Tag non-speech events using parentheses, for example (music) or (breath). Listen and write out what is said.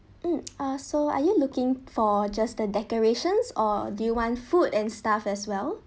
mm uh so are you looking for just the decorations or do you want food and stuff as well (breath)